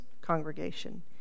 congregation